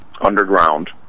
underground